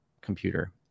computer